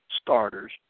starters